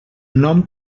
nom